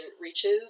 reaches